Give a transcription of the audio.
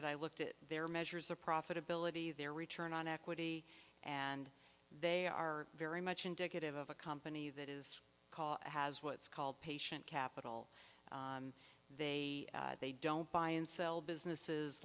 it i looked at their measures their profitability their return on equity and they are very much indicative of a company that is has what's called patient capital they they don't buy and sell businesses